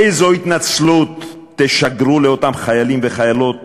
איזו התנצלות תשגרו לאותם חיילים וחיילות